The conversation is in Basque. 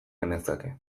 genezake